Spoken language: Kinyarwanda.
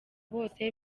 bose